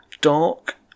Dark